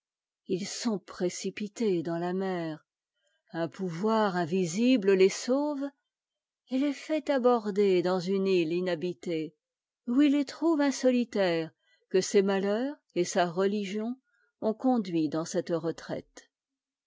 ils sont précipités dans la mer un pouvoir invisible les sauve et les fait aborder dans une île inhabitée où ils trouvent un solitaire que ses malheurs et sa religion ont conduit dans cette retraite